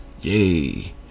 yay